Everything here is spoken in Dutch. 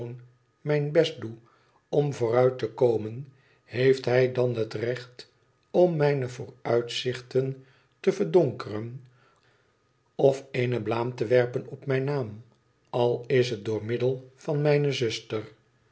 mijn best doe om vooruitte komen heeft hij dan het recht om mijne vooruitzichten te verdonkeren of eene blaam te werpen op mijn naam al is het door middel van mijne zuster